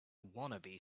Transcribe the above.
wannabe